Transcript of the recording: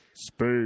Space